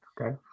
okay